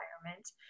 environment